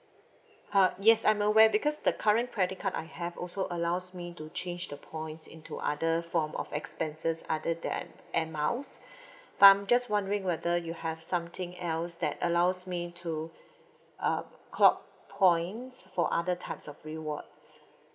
uh yes I'm aware because the current credit card I have also allows me to change the points into other form of expenses other than air miles but I'm just wondering whether you have something else that allows me to uh clock points for other types of rewards